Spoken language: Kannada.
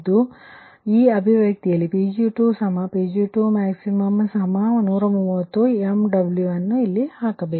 ಅಂತೆಯೇ ಈ ಅಭಿವ್ಯಕ್ತಿಯಲ್ಲಿ Pg2Pg2max130 MWನ್ನು ಇಲ್ಲಿ ಹಾಕಬೇಕು